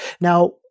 Now